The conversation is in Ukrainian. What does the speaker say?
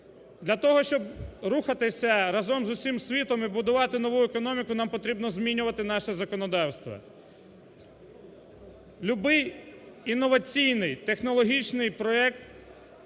Для того, щоб рухатися разом з усім світом і будувати нову економіку, нам потрібно змінювати наше законодавство. Любий інноваційний технологічний проект,